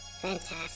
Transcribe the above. Fantastic